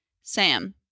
Sam